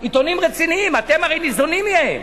עיתונים רציניים, אתם הרי ניזונים מהם.